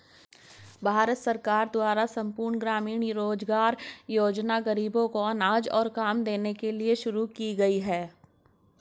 भारत सरकार द्वारा संपूर्ण ग्रामीण रोजगार योजना ग़रीबों को अनाज और काम देने के लिए शुरू की गई है